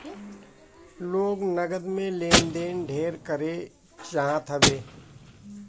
लोग नगद में लेन देन ढेर करे चाहत हवे